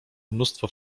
mnóstwo